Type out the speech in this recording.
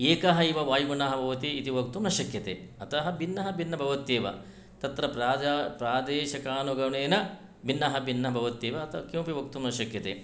एकः एव वायुगुनः भवति इति वक्तुं न शक्यते अतः भिन्नः भिन्न भवत्येव तत्र प्रादेशकानुगुणेन भिन्नः भिन्नः भवत्येव अतः किमपि वक्तुं न शक्यते